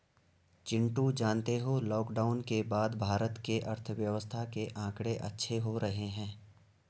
चिंटू जानते हो लॉकडाउन के बाद भारत के अर्थव्यवस्था के आंकड़े अच्छे हो रहे हैं